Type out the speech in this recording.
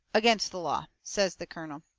against the law, says the colonel,